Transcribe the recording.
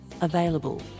available